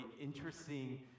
interesting